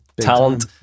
talent